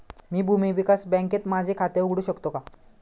मी भूमी विकास बँकेत माझे खाते उघडू शकतो का?